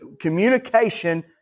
Communication